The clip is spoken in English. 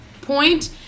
point